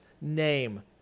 name